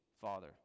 father